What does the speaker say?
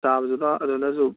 ꯆꯥꯕꯗꯨꯗ ꯑꯗꯨꯗ ꯁꯨꯝ